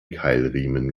keilriemen